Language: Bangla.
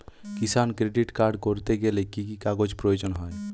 কিষান ক্রেডিট কার্ড করতে গেলে কি কি কাগজ প্রয়োজন হয়?